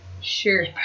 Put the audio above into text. Sure